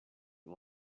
you